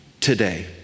today